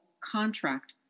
contract